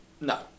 no